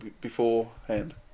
beforehand